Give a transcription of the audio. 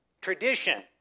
Tradition